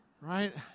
Right